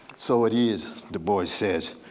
so it is du bois says,